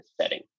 setting